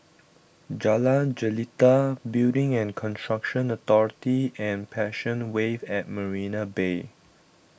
Jalan Jelita Building and Construction Authority and Passion Wave at Marina Bay